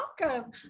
welcome